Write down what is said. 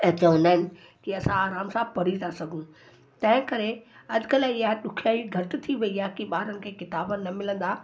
ऐं चवंदा आहिनि की असां आराम सां पढ़ी था सघूं तंहिं करे अॼुकल्ह इहा ॾुखियाई घटि थी वई आहे की ॿारनि खे किताब न मिलंदा